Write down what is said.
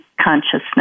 Consciousness